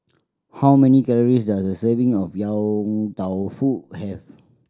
how many calories does a serving of Yong Tau Foo have